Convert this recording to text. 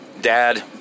Dad